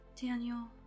Daniel